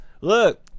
Look